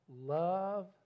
Love